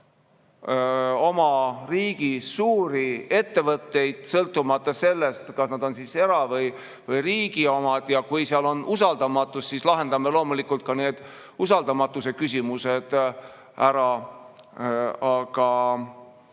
oma riigi suuri ettevõtteid, sõltumata sellest, kas nad on erakätes või riigi omad. Kui seal on usaldamatus, siis lahendame loomulikult ka usaldamatuse küsimused ära. Aga